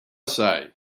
say